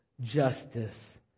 justice